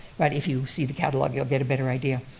but if you see the catalogue, you'll get a better idea.